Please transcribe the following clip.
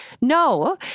No